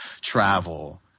travel